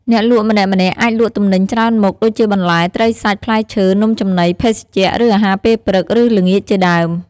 អ្នកលក់ម្នាក់ៗអាចលក់ទំនិញច្រើនមុខ ដូចជាបន្លែ ត្រីសាច់ ផ្លែឈើ នំចំណី ភេសជ្ជៈ ឬអាហារពេលព្រឹក ឬល្ងាចជាដើម។